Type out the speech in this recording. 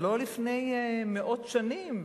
זה לא לפני מאות שנים,